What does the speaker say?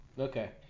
Okay